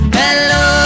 hello